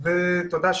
אשתו רופאה,